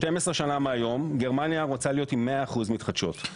12 שנה מהיום גרמניה רוצה להיות עם 100% מתחדשות.